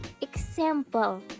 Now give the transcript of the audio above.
example